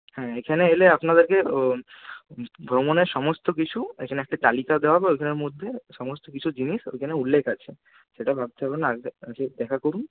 হ্যাঁ এখানে এলে আপনাদেরকে ও ভ্রমণের সমস্তকিছু এখানে একটা তালিকা দেওয়া হবে ওইখানের মধ্যে সমস্তকিছু জিনিস ওখানে উল্লেখ আছে সেটা ভাবতে হবে না আগে আগে দেখা করুন